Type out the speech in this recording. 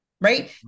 right